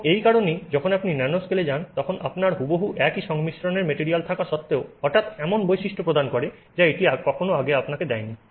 এবং এই কারণেই যখন আপনি ন্যানোস্কেলে যান তখন আপনার হুবহু একই সংমিশ্রণের মেটেরিয়াল থাকা সত্বেও হঠাৎ এমন বৈশিষ্ট্য প্রদান করে যা এটি আগে আপনাকে দেয়নি